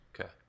Okay